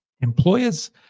Employers